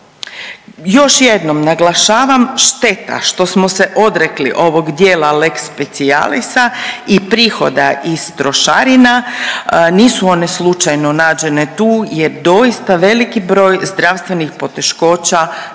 Još jednom naglašavam, šteta što smo se odrekli ovog dijela lex specialisa i prihoda iz trošarina, nisu one slučajno nađene tu jer doista veliki broj zdravstvenih poteškoća